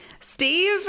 Steve